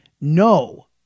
no